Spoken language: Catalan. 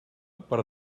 per